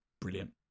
Brilliant